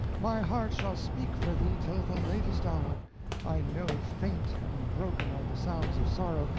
my heart shall speak for thee till the latest hour i know faint and broken are the sounds of sorrow,